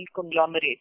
conglomerate